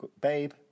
babe